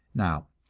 now,